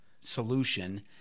solution